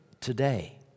today